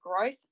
growth